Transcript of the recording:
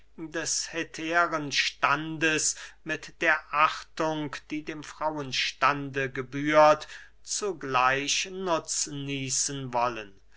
des hetärenstandes mit der achtung die dem frauenstande gebührt zugleich nutznießen wollen